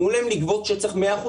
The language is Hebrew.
תנו להם לגבות כשצריך 100%,